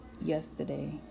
yesterday